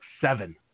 seven